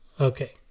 Okay